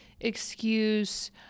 excuse